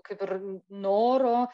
kaip ir noro